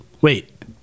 Wait